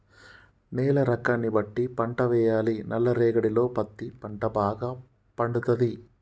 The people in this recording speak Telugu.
నేల రకాన్ని బట్టి పంట వేయాలి నల్ల రేగడిలో పత్తి పంట భాగ పండుతది